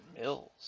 Mills